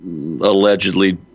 allegedly